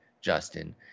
Justin